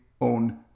own